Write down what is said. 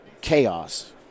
chaos